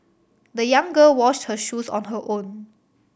the young girl washed her shoes on her own